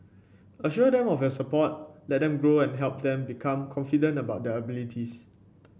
assure them of your support let them grow and help them become confident about their abilities